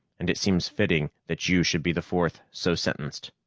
and it seems fitting that you should be the fourth so sentenced.